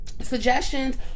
suggestions